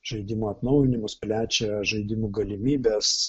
žaidimų atnaujinimus plečia žaidimų galimybes